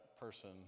person